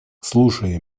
слушай